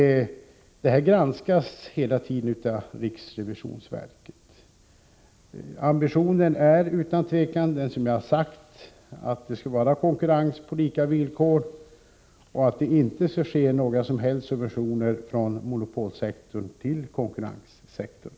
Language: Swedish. Detta granskas hela tiden av riksrevisionsverket. Ambitionen är utan tvivel, som jag har sagt, att det skall vara konkurrens på lika villkor och att det inte skall ges några som helst subventioner från monopolsektorn till konkurrenssektorn.